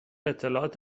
اطلاعات